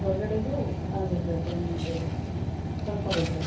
ಹೊರ್ಗಡೆದು ಅದೇ ಸರ್ ಒಂದು ಸ್ವಲ್ಪ ಕೊಡ್ತೇವೆ